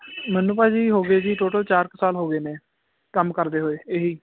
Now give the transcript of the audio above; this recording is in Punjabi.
ਮੈਨੂੰ ਭਾਅ ਜੀ ਹੋ ਗੇ ਜੀ ਟੋਟਲ ਚਾਰ ਕ ਸਾਲ ਹੋਗੇ ਨੇ ਕੰਮ ਕਰਦੇ ਹੋਏ ਏਹੀ